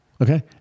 Okay